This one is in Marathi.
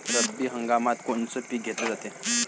रब्बी हंगामात कोनचं पिक घेतलं जाते?